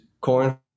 corn